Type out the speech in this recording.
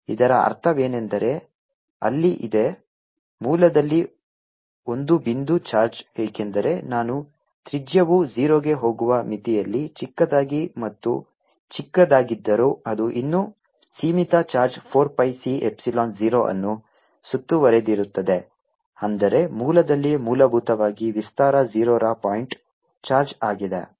ಇದರ ಅರ್ಥವೇನೆಂದರೆ ಅಲ್ಲಿ ಇದೆ ಮೂಲದಲ್ಲಿ ಒಂದು ಬಿಂದು ಚಾರ್ಜ್ ಏಕೆಂದರೆ ನಾನು ತ್ರಿಜ್ಯವು 0 ಗೆ ಹೋಗುವ ಮಿತಿಯಲ್ಲಿ ಚಿಕ್ಕದಾಗಿ ಮತ್ತು ಚಿಕ್ಕದಾಗಿದ್ದರೂ ಅದು ಇನ್ನೂ ಸೀಮಿತ ಚಾರ್ಜ್ 4 pi C ಎಪ್ಸಿಲಾನ್ 0 ಅನ್ನು ಸುತ್ತುವರೆದಿರುತ್ತದೆ ಅಂದರೆ ಮೂಲದಲ್ಲಿ ಮೂಲಭೂತವಾಗಿ ವಿಸ್ತಾರ 0 ರ ಪಾಯಿಂಟ್ ಚಾರ್ಜ್ ಇದೆ